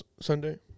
Sunday